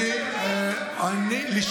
כמה, הוא צודק.